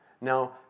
Now